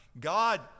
god